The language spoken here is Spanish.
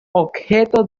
objeto